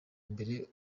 mbere